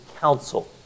counsel